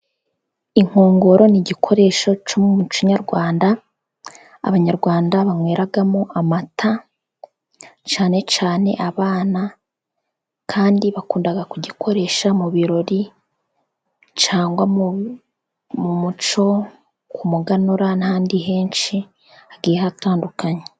Inkongoro ni'igikoresho cyo mu muco nyarwanda. Abanyarwanda banyweragamo amata cyane cyane abana, kandi bakundag kugikoresha mu birori cyangwa mu muco ku muganura n'ahandi henshi hagiye hatandukanye.